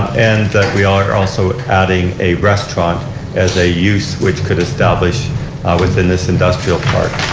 and we are also adding a restaurant as a use which could establish within this industrial park.